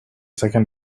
second